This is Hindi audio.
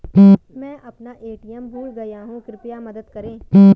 मैं अपना ए.टी.एम भूल गया हूँ, कृपया मदद करें